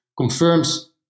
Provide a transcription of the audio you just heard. confirms